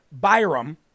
Byram